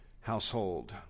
household